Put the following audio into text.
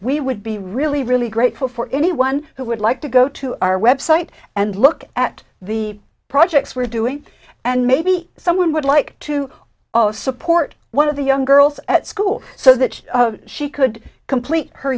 we would be really really grateful for anyone who would like to go to our website and look at the projects we're doing and maybe someone would like to support one of the young girls at school so that she could complete her